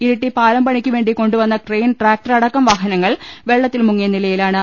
ഇരിട്ടി പാലംപണിക്കുവേണ്ടി കൊണ്ടു വന്ന ക്രെയിൻ ട്രാക്ടർ അടക്കം വാഹനങ്ങൾ വെള്ളത്തിൽ മുങ്ങിയ നിലയിൽ ആണ്